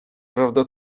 prawda